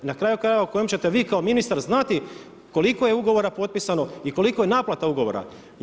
I na kraju krajeva o kojem ćete vi kao ministar znati koliko je ugovora potpisano i koliko je naplata ugovora.